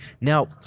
Now